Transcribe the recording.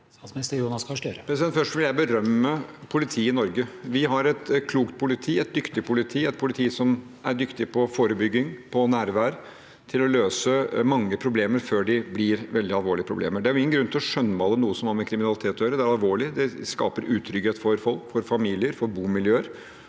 Først vil jeg berømme politiet i Norge. Vi har et klokt og dyktig politi, et politi som er dyktig på forebygging, på nærvær og på å løse mange problemer før de blir veldig alvorlige. Det er ingen grunn til å skjønnmale noe som har med kriminalitet å gjøre. Det er alvorlig, det skaper utrygghet for folk, for familier, for bomiljøer,